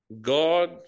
God